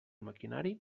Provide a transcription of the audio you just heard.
maquinari